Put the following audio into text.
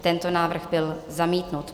Tento návrh byl zamítnut.